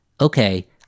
Okay